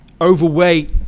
overweight